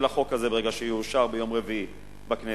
החוק הזה ברגע שיאושר ביום רביעי בכנסת.